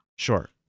Sure